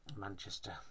Manchester